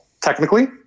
technically